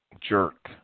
jerk